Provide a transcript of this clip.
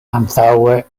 antaŭe